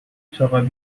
طاقت